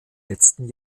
letzten